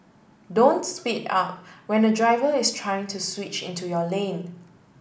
don't speed up when a driver is trying to switch into your lane